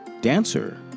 dancer